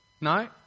no